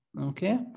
okay